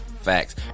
facts